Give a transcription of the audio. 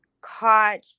caught